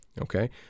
Okay